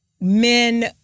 men